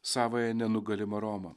savąją nenugalimą romą